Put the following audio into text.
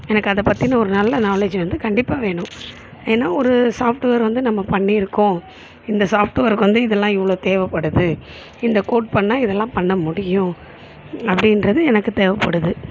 எனக்கு அதை பற்றின ஒரு நல்ல நாலேஜ் வந்து கண்டிப்பாக வேணும் ஏன்னா ஒரு சாஃப்ட்வேர் வந்து நம்ம பண்ணிருக்கோம் இந்த சாஃப்ட்வேருக்கு வந்து இதெல்லாம் இவ்வளோ தேவைப்படுது இந்த கோட் பண்ணால் இதெல்லாம் பண்ண முடியும் அப்படின்றது எனக்கு தேவைப்படுது